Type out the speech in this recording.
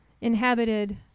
inhabited